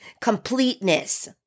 completeness